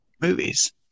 movies